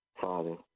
Father